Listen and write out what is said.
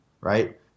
right